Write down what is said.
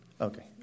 Okay